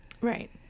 Right